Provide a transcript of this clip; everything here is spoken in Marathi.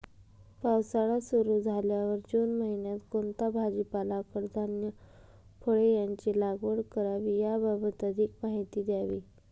पावसाळा सुरु झाल्यावर जून महिन्यात कोणता भाजीपाला, कडधान्य, फळे यांची लागवड करावी याबाबत अधिक माहिती द्यावी?